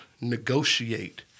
negotiate